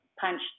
punched